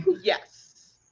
yes